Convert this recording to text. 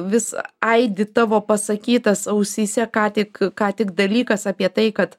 vis aidi tavo pasakytas ausyse ką tik ką tik dalykas apie tai kad